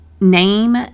name